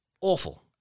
Awful